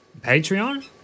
Patreon